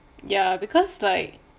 ya because like